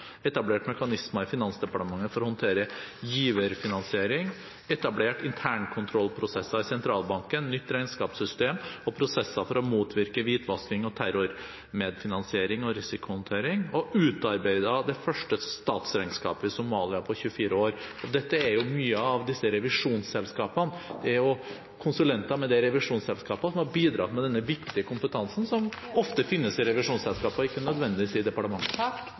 etablert mekanismer i Finansdepartementet for å håndtere giverfinansiering, det er etablert internkontrollprosesser i sentralbanken, nytt regnskapssystem og prosesser for å motvirke hvitvasking og terror, medfinansiering og risikohåndtering, og man har utarbeidet det første statsregnskapet i Somalia på 24 år. Det er jo konsulenter som har bidratt med denne viktige kompetansen, som ofte finnes i revisjonsselskaper – og ikke nødvendigvis i departementet.